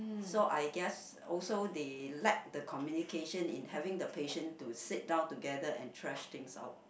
so I guess also they lack the communication in having the patience to sit down together and trash things out